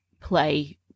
play